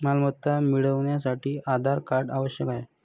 मालमत्ता मिळवण्यासाठी आधार कार्ड आवश्यक आहे